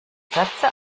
sätze